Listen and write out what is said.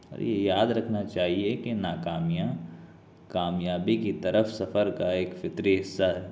اور یہ یاد رکھنا چاہیے کہ ناکامیاں کامیابی کی طرف سفر کا ایک فطری حصہ ہے